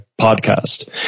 podcast